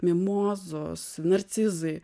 mimozos narcizai